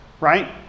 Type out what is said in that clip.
right